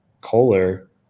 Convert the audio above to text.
Kohler